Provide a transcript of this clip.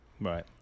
Right